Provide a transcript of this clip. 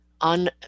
on